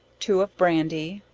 two of brandy,